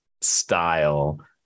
style